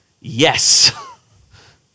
Yes